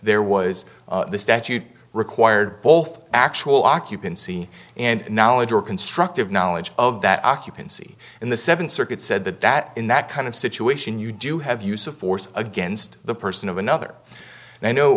there was the statute required both actual occupancy and knowledge or constructive knowledge of that occupancy and the seventh circuit said that that in that kind of situation you do have use of force against the person of another and